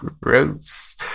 Gross